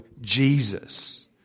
Jesus